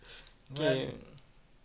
K